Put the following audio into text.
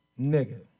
Nigga